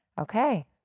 okay